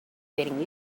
getting